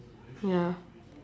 ya